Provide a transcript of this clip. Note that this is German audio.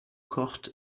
kocht